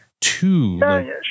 two